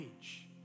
age